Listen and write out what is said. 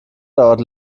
dauert